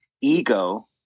ego